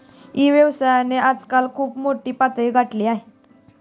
E व्यवसायाने आजकाल खूप मोठी पातळी गाठली आहे